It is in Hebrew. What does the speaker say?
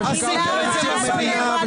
המדינה, עשיתם את זה מספיק.